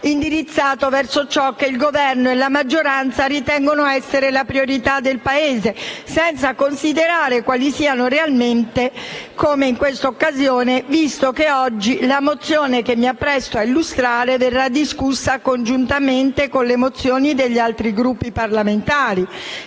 indirizzato verso ciò che il Governo e la maggioranza ritengono essere la priorità del Paese, senza considerare quali siano realmente, come in questa occasione. La mozione che oggi mi appresto a illustrare, che verrà discussa congiuntamente con le mozioni presentate dagli altri Gruppi parlamentari,